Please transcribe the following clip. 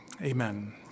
amen